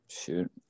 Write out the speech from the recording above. shoot